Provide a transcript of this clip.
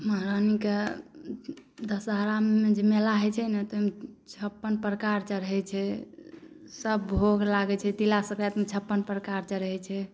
महारानीके दशहरामे जे मेला होइ छै ने ओहिमे छप्पन प्रकार चढ़े छै सभ भोग लागै छै तिला संक्रांतिमे छप्पन प्रकार चढ़े छै